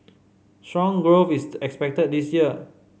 strong growth is expected this year